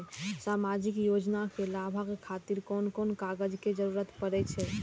सामाजिक योजना के लाभक खातिर कोन कोन कागज के जरुरत परै छै?